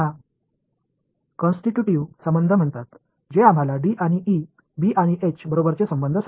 எனவே இந்த நான்கு சமன்பாடுகளை நாம் அனைவரும் முன்பு பார்த்திருக்கிறோம்